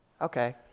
Okay